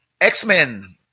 X-Men